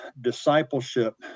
discipleship